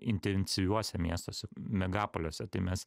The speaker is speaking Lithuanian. intensyviuose miestuose megapoliuose tai mes